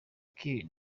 kiir